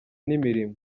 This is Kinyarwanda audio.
n’imirimo